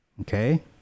Okay